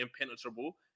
impenetrable